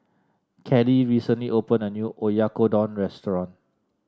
Kellee recently opened a new Oyakodon restaurant